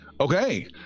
Okay